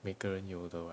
每个人有的 what